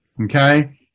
Okay